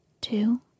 two